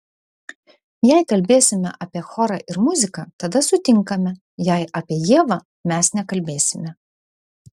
jei kalbėsime apie chorą ir muziką tada sutinkame jei apie ievą mes nekalbėsime